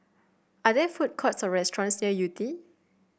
are there food courts or restaurants near Yew Tee